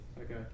okay